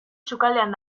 sukaldean